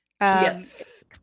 Yes